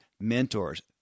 mentors